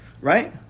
right